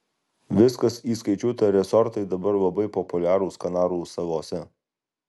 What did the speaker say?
viskas įskaičiuota resortai dabar labai populiarūs kanarų salose